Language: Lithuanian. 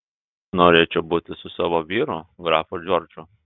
norėčiau būti su savo vyru grafu džordžu